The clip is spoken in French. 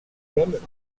deux